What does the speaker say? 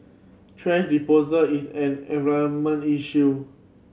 thrash disposal is an environment issue